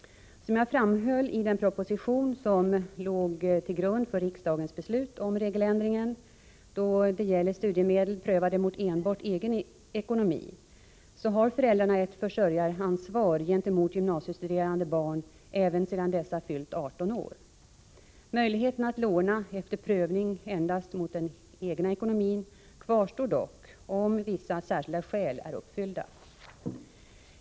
Som jag framhöll i den proposition som låg till grund för riksdagens beslut om regeländringen då det gäller studiemedel prövade mot enbart egen ekonomi, så har föräldrarna ett försörjaransvar gentemot gymnasiestuderande barn även sedan dessa fyllt 18 år. Möjligheterna att låna efter prövning mot endast den egna ekonomin kvarstår dock, om vissa särskilda skäl är uppfyllda.